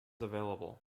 available